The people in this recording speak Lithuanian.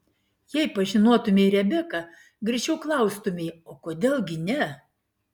jei pažinotumei rebeką greičiau klaustumei o kodėl gi ne